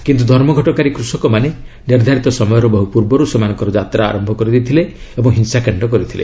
କିନ୍ତୁ ଧର୍ମଘଟକାରୀ କୃଷକମାନେ ନିର୍ଦ୍ଧାରିତ ସମୟର ବହୁ ପୂର୍ବରୁ ସେମାନଙ୍କର ଯାତ୍ରା ଆରମ୍ଭ କରିଦେଇଥିଲେ ଓ ହିଂସାକାଣ୍ଡ କରିଥିଲେ